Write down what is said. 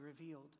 revealed